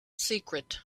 secret